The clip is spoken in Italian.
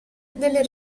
delle